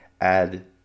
add